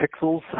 pixels